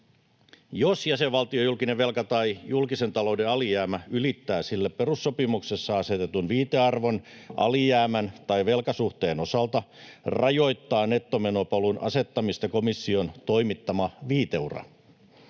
Jos jäsenvaltion julkinen velka tai julkisen talouden alijäämä ylittää sille perussopimuksessa asetetun viitearvon alijäämän tai velkasuhteen osalta, rajoittaa nettomenopolun asettamista komission toimittama viiteura.